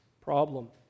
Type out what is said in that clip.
problem